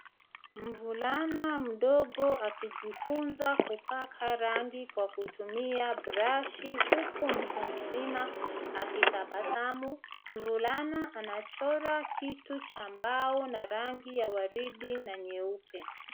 Mvulana mdogo akijifunza kupaka rangi kwa kutumia brashi huku mtu mzima akitabasamu. Mvulana anachora kitu cha mbao na rangi ya waridi na nyeupe.